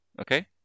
Okay